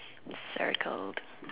circled